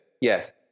Yes